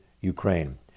Ukraine